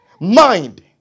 mind